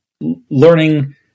learning